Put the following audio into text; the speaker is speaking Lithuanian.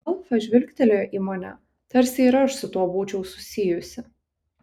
alfa žvilgtelėjo į mane tarsi ir aš su tuo būčiau susijusi